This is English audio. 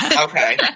Okay